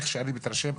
איך שאני מתרשם,